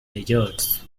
deserts